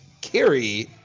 Carrie